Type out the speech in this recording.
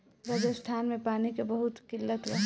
राजस्थान में पानी के बहुत किल्लत बा